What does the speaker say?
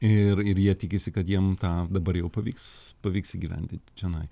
ir ir jie tikisi kad jiem tą dabar jau pavyks pavyks įgyvendinti čionai